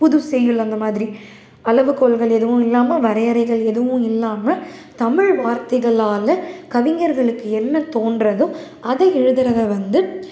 புது செய்யுள் அந்த மாதிரி அளவுகோல்கள் எதுவும் இல்லாமல் வரையறைகள் எதுவும் இல்லாமல் தமிழ் வார்த்தைகளால் கவிஞர்களுக்கு என்ன தோன்றதோ அதை எழுதுகிறத வந்து